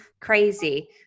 crazy